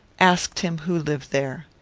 asked him who lived there.